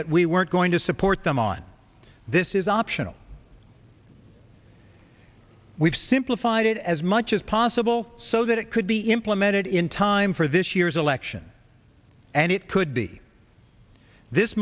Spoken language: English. that we weren't going to support them on this is optional we've simplified it as much as possible so that it could be implemented in time for this year's election and it could be this